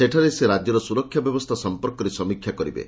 ସେଠାରେ ସେ ରାଜ୍ୟର ସୁରକ୍ଷା ବ୍ୟବସ୍ଥା ସଂପର୍କରେ ସମୀକ୍ଷା କରିବେ